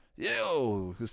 Yo